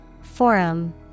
Forum